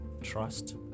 trust